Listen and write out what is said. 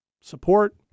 support